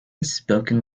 spoken